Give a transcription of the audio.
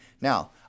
Now